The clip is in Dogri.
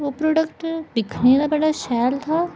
ओह् प्रोडक्ट दिक्खने ते बड़ा शैल हा